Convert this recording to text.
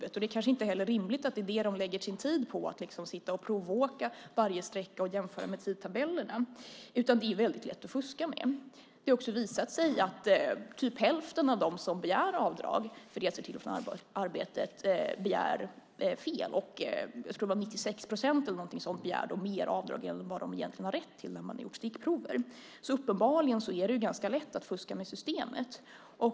Det kanske inte heller är rimligt att de lägger sin tid på att sitta och provåka varje sträcka och jämföra med tidtabellerna. Det är väldigt lätt att fuska med detta. Det har också vid stickprov visat sig att omkring hälften av dem som begär avdrag för resor till och från arbetet begär fel. 96 procent, eller något sådant, begär mer avdrag än de egentligen har rätt till. Uppenbarligen är det alltså ganska lätt att fuska med systemet.